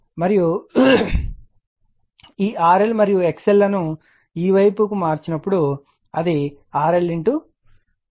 మరియు ఈ RL మరియు XL లను ఈ వైపుకు మార్చినప్పుడు అది RL K 2 అవుతుంది